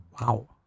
wow